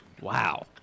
Wow